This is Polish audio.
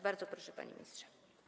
Bardzo proszę, panie ministrze.